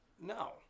No